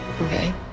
Okay